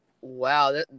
Wow